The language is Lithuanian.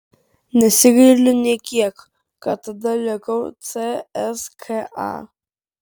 nesigailiu nė kiek kad tada likau cska